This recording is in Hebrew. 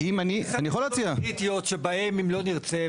אדוני יש עשר נקודות קריטיות שבהן אם לא נרצה,